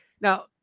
now